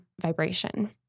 vibration